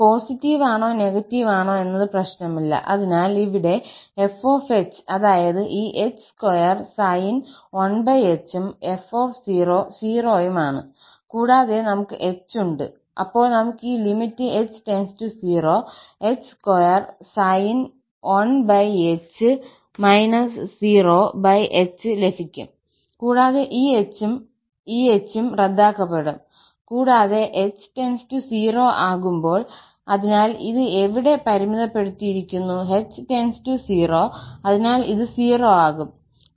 positive ആണോ negative ആണോ എന്നത് പ്രശ്നമില്ല അതിനാൽ ഇവിടെ f അതായത് ഈ h2sin 1 h ഉം f 0 ഉം ആണ് കൂടാതെ നമുക് h ഉണ്ട് അപ്പോൾ നമുക് ഈ h0 h2sin 1h 0hലഭിക്കും കൂടാതെ ഈ h ഉം h ഉം റദ്ദാക്കപ്പെടും കൂടാതെ h → 0 ആകുമ്പോൾ അതിനാൽ ഇത് ഇവിടെ പരിമിതപ്പെടുത്തിയിരിക്കുന്നു h → 0അതിനാൽ ഇത് 0 ആകും